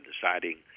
deciding